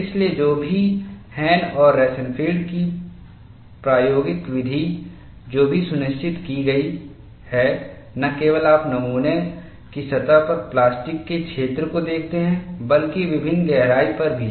इसलिए जो भी हैन और रोसेनफील्ड की प्रायोगिक विधि जो भी सुनिश्चित की गई है न केवल आप नमूना की सतह पर प्लास्टिक के क्षेत्र को देखते हैं बल्कि विभिन्न गहराई पर भी